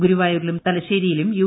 ഗുരുവായൂരിലും തലശ്ശേരിയിലും യു